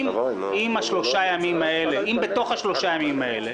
אם בתוך שלושת הימים האלה